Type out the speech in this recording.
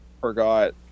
forgot